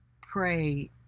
pray